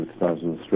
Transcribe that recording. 2003